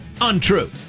untrue